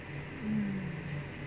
mm